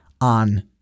on